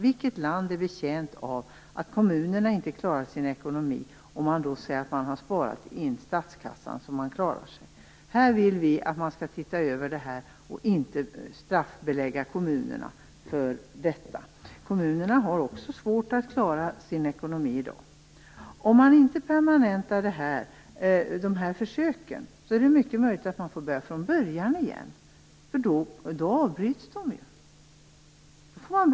Vilket land är betjänt av att kommunerna inte klarar ekonomin men i stället säger att det har skett besparingar i statskassan? Här vill vi att denna fråga skall ses över och att kommunerna inte skall straffbeläggas här. Kommunerna har också svårt att klara sin ekonomi i dag. Om inte försöken permanentas, är det mycket möjligt att man får börja från början igen. Då avbryts ju försöken.